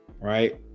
right